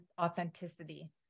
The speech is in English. authenticity